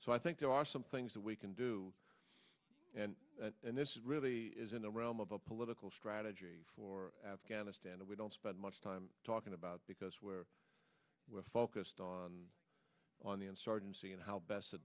so i think there are some things that we can do and this is really is in the realm of a political strategy for afghanistan that we don't spend much time talking about because where we're focused on on the insurgency and how best to